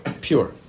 pure